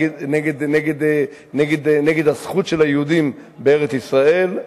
נגד הזכות של היהודים בארץ-ישראל,